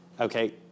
Okay